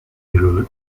bureau